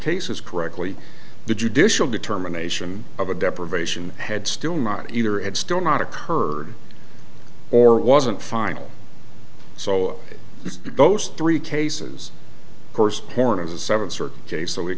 cases correctly the judicial determination of a deprivation had still not either and still not occurred or it wasn't final so those three cases